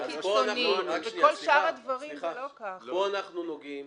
פה אנחנו נוגעים